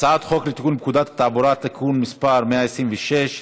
הצעת חוק לתיקון פקודת התעבורה (מס' 126),